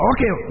Okay